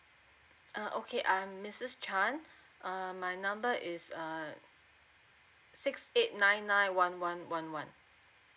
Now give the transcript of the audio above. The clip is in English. uh okay um Mrs chan err my number is err six eight nine nine one one one one